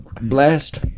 blast